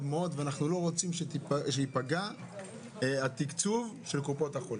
מאוד ואנחנו לא רוצים שייפגע התקצוב של קופות החולים.